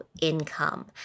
income